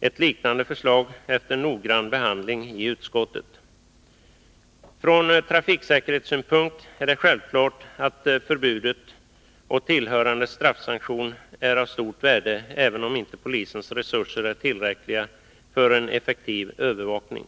ett liknande förslag efter noggrann behandling i utskottet. Från trafiksäkerhetssynpunkt är det självklart att förbudet och tillhörande straffsanktion är av stort värde, även om inte polisens resurser är tillräckliga för en effektiv övervakning.